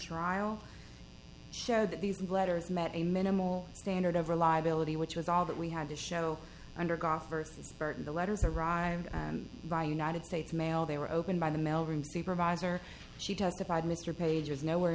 trial showed that these letters met a minimal standard of reliability which was all that we had to show under god versus burton the letters arrived by united states mail they were opened by the mail room supervisor she testified mr page was nowhere